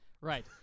Right